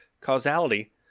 Causality